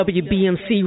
wbmc